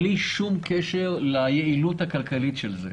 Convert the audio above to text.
בלי שום קשר ליעילות הכלכלית של זה.